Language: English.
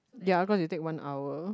ya cause you take one hour